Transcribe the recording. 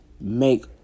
make